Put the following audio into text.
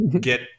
get